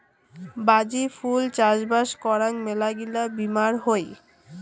বাজি ফুল চাষবাস করাং মেলাগিলা বীমার হই